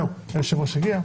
זהו, היושב ראש הגיע.